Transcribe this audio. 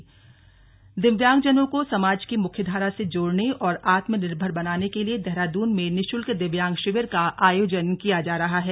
free दिव्यांग शिविर दिव्यांगजनों को समाज की मुख्यधारा से जोड़ने और आत्मनिर्भर बनाने के लिए देहरादून में निशल्क दिव्यांग शिविर का आयोजन किया जा रहा है